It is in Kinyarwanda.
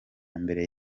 mbere